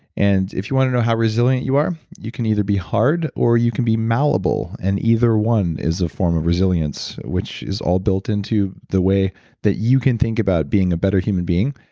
and if you want to know how resilient you are, you can either be hard, or you can be malleable. and either one is a form of resilience, which is all built into the way that you can think about being a better human being,